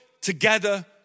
together